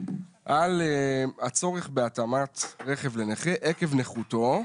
על הצורך בהתאמת רכב לנכה עקב נכותו,